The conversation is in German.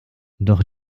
doch